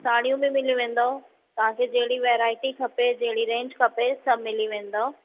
साड़ियूं बि मिली वेंदव तव्हां खे जहिड़ी वैरायटी खपे जहिड़ी रेंज खपे सभु मिली वेंदव